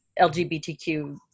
LGBTQ